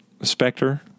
Spectre